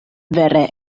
vere